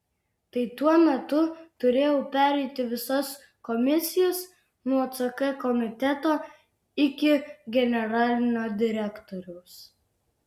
tai tuo metu turėjau pereiti visas komisijas nuo ck komiteto iki generalinio direktoriaus